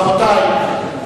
רבותי,